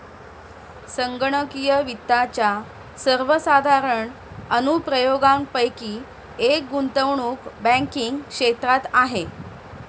संगणकीय वित्ताच्या सर्वसाधारण अनुप्रयोगांपैकी एक गुंतवणूक बँकिंग क्षेत्रात आहे